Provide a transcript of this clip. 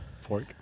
fork